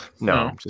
No